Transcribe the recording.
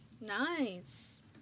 Nice